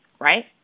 right